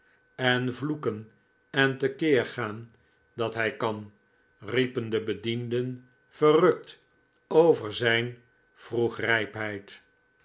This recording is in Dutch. en vloeken en te keer gaan dat hij kan riepen de bedienden verrukt over zijn vroegrijpheid